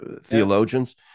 theologians